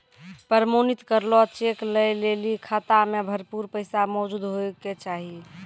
प्रमाणित करलो चेक लै लेली खाता मे भरपूर पैसा मौजूद होय के चाहि